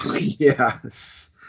Yes